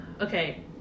Okay